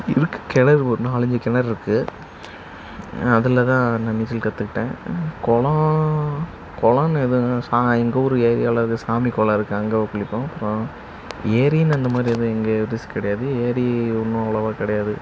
இருக்குது கிணறு ஒரு நாலைஞ்சு கிணறு இருக்குது அதில் தான் நான் நீச்சல் கற்றுக்கிட்டேன் குளோம் குளோன்னு எதுவும் சா எங்கள் ஊர் ஏரியாவில் இது சாமி குளோம் இருக்குது அங்கே குளிப்போம் அப்புறோம் ஏரின்னு அந்த மாதிரி எதுவும் எங்கள் கிடையாது ஏரி ஒன்றும் அவ்வளோவா கிடையாது